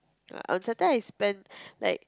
on Saturday I spend like